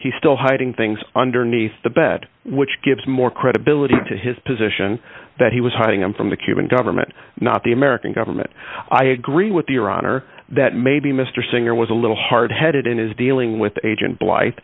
he still hiding things underneath the bed which gives more credibility to his position that he was hiding him from the cuban government not the american government i agree with your honor that maybe mr singer was a little hard headed in his dealing with agent bli